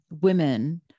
women